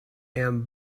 and